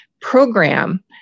program